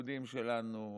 הפקודים שלנו,